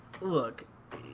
look